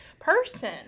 person